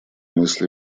мысли